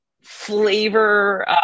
flavor